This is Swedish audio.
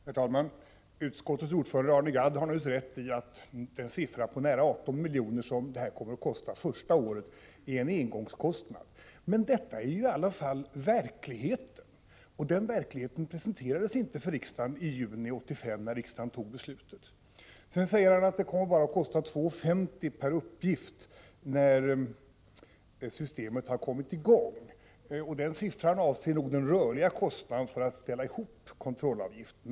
Herr talman! Utskottets ordförande Arne Gadd har naturligtvis rätt i att det belopp om nära 18 miljoner som det nya förfarandet kommer att kosta första året är en engångskostnad, men denna kostnad är ändå ett faktum, och detta faktum presenterades inte för riksdagen när den i juni 1985 fattade sitt beslut. Vidare säger Arne Gadd att kostnaden bara kommer att bli 2:50 kr. per uppgift när tillämpningen av systemet har kommit i gång. Det beloppet avser den rörliga kostnaden för sammanställande av kontrolluppgiften.